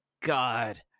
God